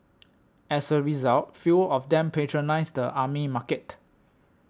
as a result fewer of them patronise the army market